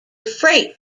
freight